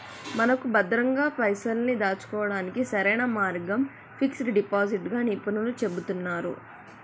మనకు భద్రంగా పైసల్ని దాచుకోవడానికి సరైన మార్గం ఫిక్స్ డిపాజిట్ గా నిపుణులు చెబుతున్నారు